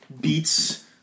beats